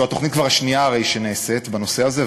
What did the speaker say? זו הרי כבר התוכנית השנייה שנעשית בנושא הזה,